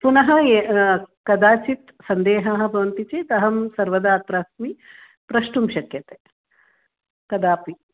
पुनः य कदाचित् सन्देहः भवन्ति चेत् अहं सर्वदा अत्र अस्मि प्रष्टुं शक्यते कदापि